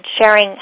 sharing